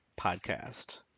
podcast